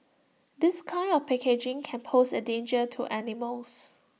this kind of packaging can pose A danger to animals